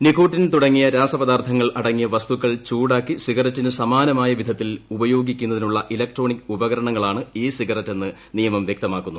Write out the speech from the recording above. nicotine തുടങ്ങിയ രാസപദാർത്ഥങ്ങൾ അടങ്ങിയ വസ്തുക്കൾ ചൂടാക്കി സിഗരറ്റിനു സമാനമായ വിധത്തിൽ ഉപയോഗിക്കുന്നതിനുള്ള ഇലക്ട്രോണിക് ഉപകരണങ്ങളാണ് ഇ സിഗരറ്റെന്ന് നിയമം വ്യക്തമാക്കുന്നു